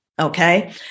Okay